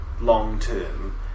long-term